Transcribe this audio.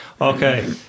Okay